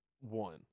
one